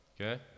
Okay